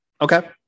Okay